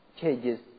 changes